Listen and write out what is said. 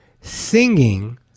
singing